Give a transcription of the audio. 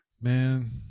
man